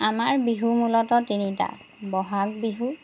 আমাৰ বিহু মূলতঃ তিনিটা বহাগ বিহু